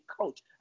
coach